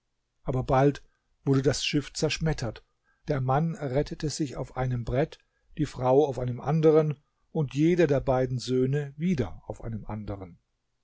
aber bald wurde das schiff zerschmettert der mann rettete sich auf einem brett die frau auf einem anderen und jeder der beiden söhne wieder auf einem anderen